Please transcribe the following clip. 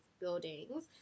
buildings